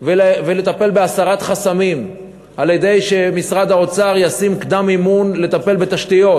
ולטפל בהסרת חסמים על-ידי שמשרד האוצר ישים קדם-מימון לטפל בתשתיות,